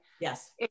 Yes